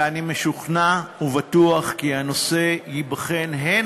ואני משוכנע ובטוח כי הנושא ייבחן הן